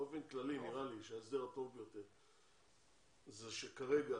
באופן כללי נראה לי שההסדר הטוב ביותר זה שכרגע